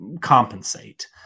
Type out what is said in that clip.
compensate